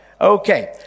Okay